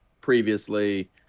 previously